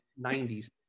90s